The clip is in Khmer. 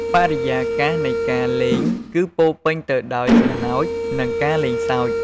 បរិយាកាសនៃការលេងគឺពោរពេញទៅដោយសំណើច និងការលេងសើច។